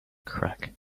crack